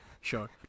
Sure